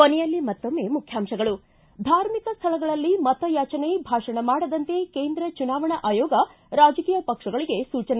ಕೊನೆಯಲ್ಲಿ ಮತ್ತೊಮ್ಮೆ ಮುಖ್ಯಾಂಶಗಳು ಿ ಧಾರ್ಮಿಕ ಸ್ಥಳಗಳಲ್ಲಿ ಮತಯಾಚನೆ ಭಾಷಣ ಮಾಡದಂತೆ ಕೇಂದ್ರ ಚುನಾವಣಾ ಆಯೋಗ ರಾಜಕೀಯ ಪಕ್ಷಗಳಿಗೆ ಸೂಚನೆ